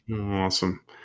awesome